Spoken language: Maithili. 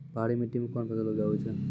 पहाड़ी मिट्टी मैं कौन फसल उपजाऊ छ?